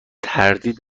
تردید